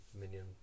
minion